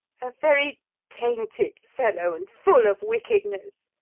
a very tainted fellow, and full of wickedness.